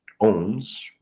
owns